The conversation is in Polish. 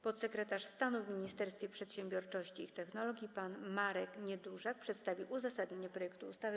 Podsekretarz stanu w Ministerstwie Przedsiębiorczości i Technologii pan Marek Niedużak przedstawi uzasadnienie projektu ustawy.